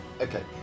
Okay